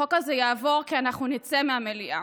החוק הזה יעבור כי אנחנו נצא מהמליאה.